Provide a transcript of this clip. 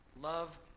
Love